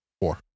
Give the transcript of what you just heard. four